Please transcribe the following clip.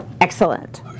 excellent